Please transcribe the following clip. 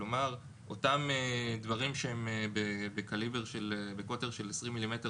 כלומר אותם דברים שהם בקוטר של 20 מילימטר